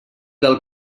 del